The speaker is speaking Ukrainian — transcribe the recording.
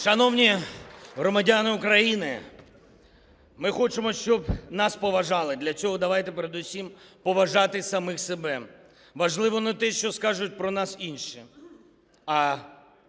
Шановні громадяни України! Ми хочемо, щоб нас поважали, для цього давайте передусім поважати самих себе. Важливо не те, що скажуть про нас інші, а